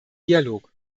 dialog